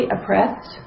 oppressed